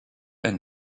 and